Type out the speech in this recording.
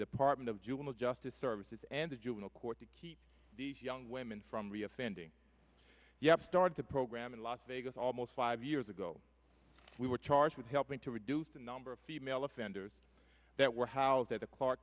department of juvenile justice services and the juvenile court to keep these young women from re offending yep started the program in las vegas almost five years ago we were charged with helping to reduce the number of female offenders that were housed at